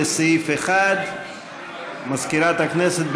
לסעיף 1. מזכירת הכנסת,